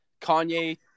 Kanye